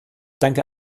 danke